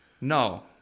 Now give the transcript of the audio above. No